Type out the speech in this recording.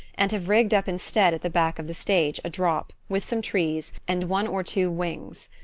and have rigged up instead at the back of the stage a drop, with some trees, and one or two wings.